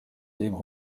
teema